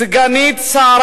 סגנית שרה